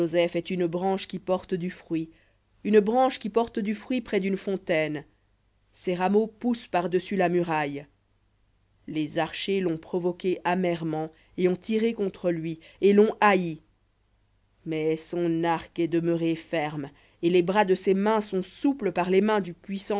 est une branche qui porte du fruit une branche qui porte du fruit près d'une fontaine rameaux poussent par-dessus la muraille les archers l'ont provoqué amèrement et ont tiré contre lui et l'ont haï mais son arc est demeuré ferme et les bras de ses mains sont souples par les mains du